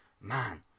man